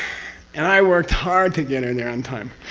and i worked hard to get in there on time,